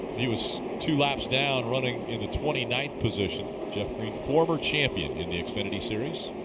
he was two laps down running in the twenty ninth position. jeff green, former champion in the xfinity series.